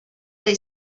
they